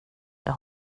jag